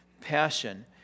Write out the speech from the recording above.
passion